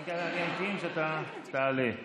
תעלה.